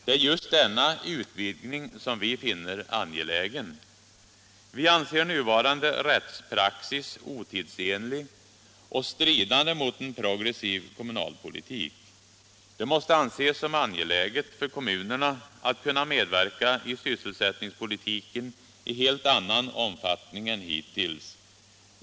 Det är just denna utvidgning som vi finner angelägen. Vi anser nuvarande rättspraxis otidsenlig och stridande mot en progressiv kommunalpolitik. Det måste anses vara angeläget för kommunerna att kunna medverka i sysselsättningspolitiken i helt anrian omfattning än hittills.